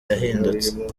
yahindutse